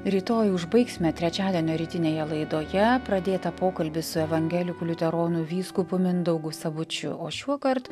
rytoj užbaigsime trečiadienio rytinėje laidoje pradėtą pokalbį su evangelikų liuteronų vyskupu mindaugu sabučiu o šiuokart